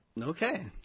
Okay